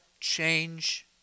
change